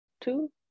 Two